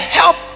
help